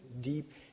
deep